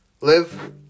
live